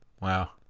wow